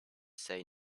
say